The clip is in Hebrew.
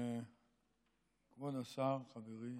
כבוד השר חברי